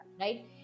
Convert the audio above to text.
right